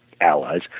allies